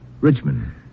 Richmond